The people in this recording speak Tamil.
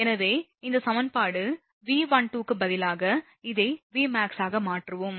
எனவே இந்த சமன்பாடு V12 க்கு பதிலாக இதை Vmax ஆக மாற்றுவோம்